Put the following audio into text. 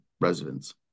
residents